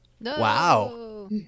Wow